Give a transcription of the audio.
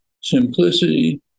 simplicity